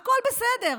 הכול בסדר.